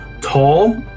tall